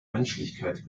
menschlichkeit